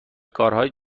کارهای